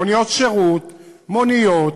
מוניות שירות, מוניות,